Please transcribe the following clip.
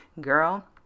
girl